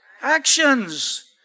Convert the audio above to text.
actions